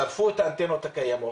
שרפו את האנטנות הקיימות